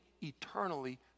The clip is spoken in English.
eternally